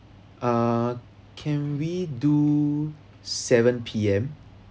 uh can we do seven P_M